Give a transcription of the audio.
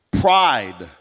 pride